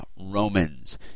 Romans